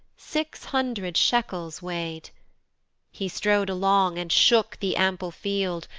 six hundred shekels weigh'd he strode along, and shook the ample field,